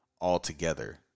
altogether